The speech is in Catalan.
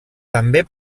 també